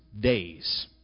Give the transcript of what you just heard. days